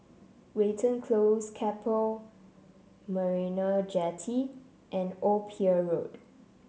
Watten Close Keppel Marina Jetty and Old Pier Road